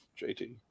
JT